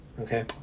Okay